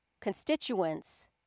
constituents